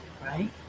right